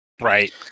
Right